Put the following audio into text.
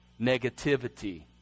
Negativity